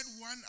one